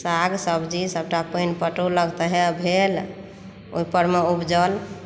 साग सब्जी सभटा पानि पटौलक तऽ वएह भेल ओहि परमे उपजल